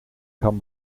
kan